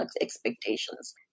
expectations